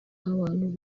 abantu